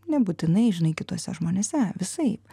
nebūtinai žinai kituose žmonėse visaip